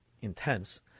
intense